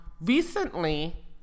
recently